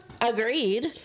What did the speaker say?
Agreed